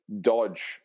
dodge